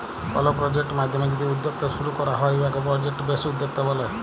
call project মাইধ্যমে যদি উদ্যক্তা শুরু ক্যরা হ্যয় উয়াকে পরজেক্ট বেসড উদ্যক্তা ব্যলে